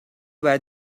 where